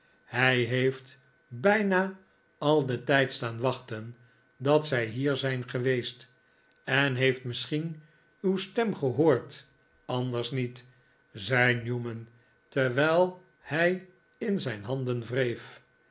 hij heeft bijna al den tijd staan wachten dat zij hier zijn geweest en heeft misschien uw stem gehoord anders niet zei newman terwijl hij in zijn handen wreef